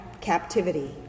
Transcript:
captivity